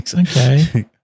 Okay